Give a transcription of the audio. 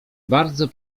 bardzo